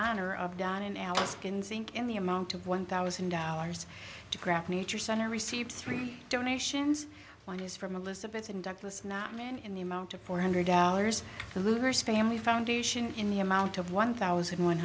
can sink in the amount of one thousand dollars to grap nature center received three donations one is from elizabeth and douglas not man in the amount of four hundred dollars the louvers family foundation in the amount of one thousand one